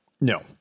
No